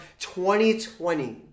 2020